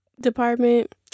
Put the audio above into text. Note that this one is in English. department